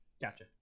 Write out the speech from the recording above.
gotcha